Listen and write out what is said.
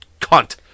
cunt